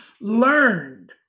learned